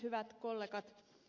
hyvät kollegat